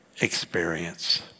experience